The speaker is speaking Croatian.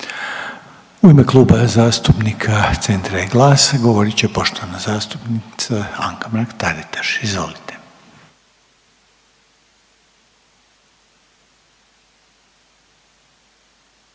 U ime Kluba zastupnika Centra i GLAS-a govorit će poštovana zastupnica Anka Mrak Taritaš. Izvolite.